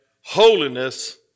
holiness